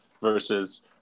versus